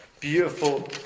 beautiful